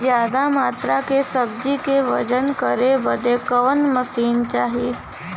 ज्यादा मात्रा के सब्जी के वजन करे बदे कवन मशीन चाही?